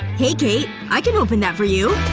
hey, kate. i can open that for you